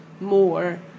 more